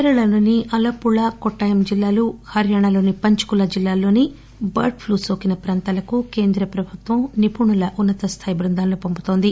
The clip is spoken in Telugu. కేరళలోని అలప్పుళ కొటాయం జిల్లాలు హర్యానాలోని పంచకుల జిల్లాలోని బర్డ్ ప్లూ నోకిన ప్రాంతాలకు కేంద్ర ప్రభుత్వం నిపుణుల బృందాలను పంపింది